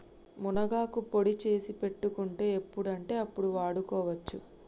మునగాకు పొడి చేసి పెట్టుకుంటే ఎప్పుడంటే అప్పడు వాడుకోవచ్చు